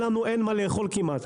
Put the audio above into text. לנו אין מה לאכול כמעט.